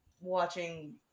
watching